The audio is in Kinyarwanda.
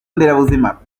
nderabuzima